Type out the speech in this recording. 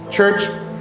Church